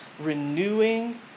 renewing